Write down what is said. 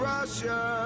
Russia